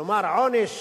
כלומר, עונש